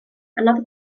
anodd